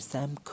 Sam